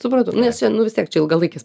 supratau nes čia nu vis tiek čia ilgalaikis